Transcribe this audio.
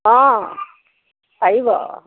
অঁ পাৰিব